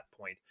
point